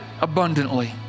abundantly